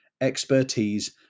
expertise